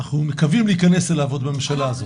אנחנו מקווים להיכנס אליו, עוד בממשלה הזאת.